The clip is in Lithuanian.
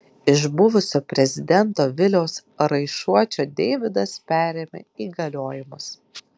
iš buvusio prezidento viliaus raišuočio deividas perėmė įgaliojimus